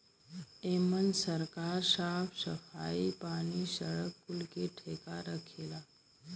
एमन सरकार साफ सफाई, पानी, सड़क कुल के ठेका रखेला